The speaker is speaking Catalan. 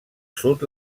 sud